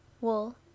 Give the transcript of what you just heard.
wool